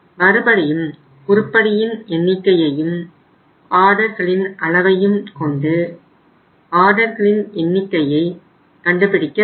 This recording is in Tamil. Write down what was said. மறுபடியும் உருப்படியின் எண்ணிக்கையையும் ஆர்டர்களின் அளவையும் கொண்டு ஆர்டர்களின் எண்ணிக்கையை கண்டுபிடிக்க வேண்டும்